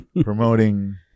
promoting